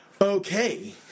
Okay